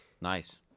Nice